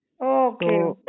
okay